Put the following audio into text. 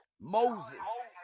Moses